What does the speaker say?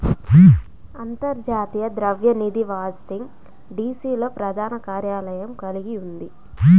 అంతర్జాతీయ ద్రవ్య నిధి వాషింగ్టన్, డి.సి.లో ప్రధాన కార్యాలయం కలిగి ఉంది